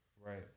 right